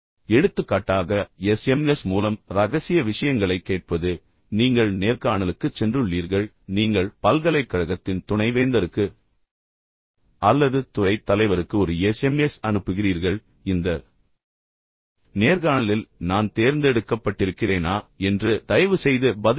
எடுத்துக்காட்டாக எஸ்எம்எஸ் மூலம் ரகசிய விஷயங்களைக் கேட்பது நீங்கள் நேர்காணலுக்குச் சென்றுள்ளீர்கள் பின்னர் நீங்கள் பல்கலைக்கழகத்தின் துணைவேந்தருக்கு அல்லது துறைத் தலைவருக்கு ஒரு எஸ்எம்எஸ் அனுப்புகிறீர்கள் இந்த நேர்காணலில் நான் தேர்ந்தெடுக்கப்பட்டிருக்கிறேனா என்று தயவுசெய்து பதிலளிக்கவும்